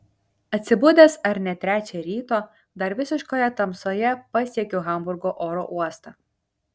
atsibudęs ar ne trečią ryto dar visiškoje tamsoje pasiekiu hamburgo oro uostą